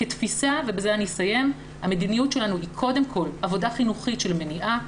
כתפיסה המדיניות שלנו היא קודם כל עבודה חינוכית של מניעה,